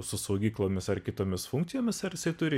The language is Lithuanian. su saugyklomis ar kitomis funkcijomis ar jisai turi